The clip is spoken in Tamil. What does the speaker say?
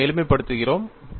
நாம் எளிமைப்படுத்துகிறோம்